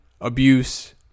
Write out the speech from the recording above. abuse